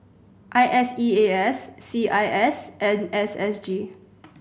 I S E A S C I S and S S G